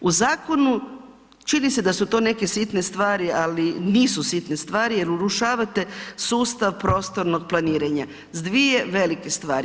U zakonu, čini se da su to neke sitne stvari, ali nisu sitne stvari jer urušavate sustav prostornog planiranja s dvije velike stvari.